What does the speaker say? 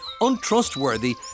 untrustworthy